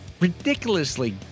ridiculously